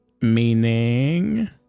Meaning